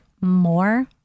more